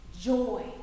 joy